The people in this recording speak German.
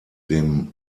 dem